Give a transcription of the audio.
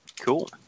cool